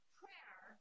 prayer